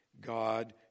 God